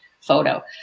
photo